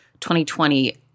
2020